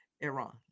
Iran